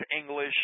English